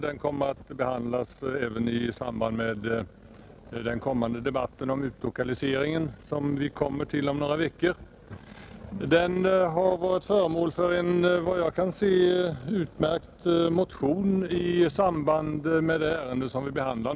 Den kommer att behandlas även i den om några veckor kommande debatten om utlokaliseringen, Den har enligt vad jag kan se varit föremål för en utmärkt motion av herr Nilsson i Kalmar m.fl. i samband med det ärende vi nu behandlar.